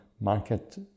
market